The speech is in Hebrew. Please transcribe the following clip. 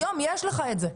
היום יש לך את זה.